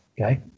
Okay